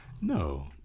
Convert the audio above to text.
No